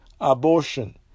abortion